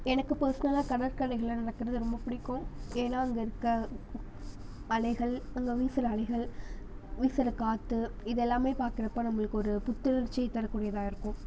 எனக்கு பர்ஸ்னலாக கடற்கரைகளில் நடக்கிறது ரொம்ப பிடிக்கும் ஏன்னால் அங்கே இருக்கற அலைகள் அங்கே வீசுகிற அலைகள் வீசுகிற காற்று இதெல்லாமே பார்க்கறப்ப நம்பளுக்கு ஒரு புத்துணர்ச்சியை தரக்கூடியதாக இருக்கும்